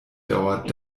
dauert